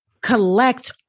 collect